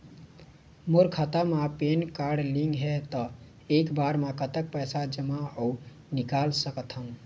मोर खाता मा PAN card link हे ता एक बार मा कतक पैसा जमा अऊ निकाल सकथन?